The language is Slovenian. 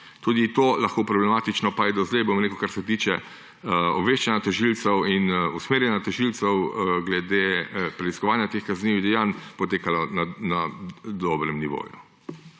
tudi to lahko problematično, pa je do zdaj, kar se tiče obveščanja tožilcev in usmerjanja tožilcev glede preiskovanja teh kaznivih dejanj, potekalo na dobrem nivoju.